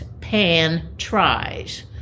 pan-tries